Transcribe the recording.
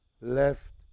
left